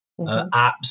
apps